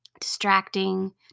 distracting